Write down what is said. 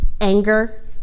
anger